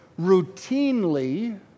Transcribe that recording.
routinely